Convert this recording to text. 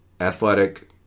athletic